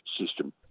system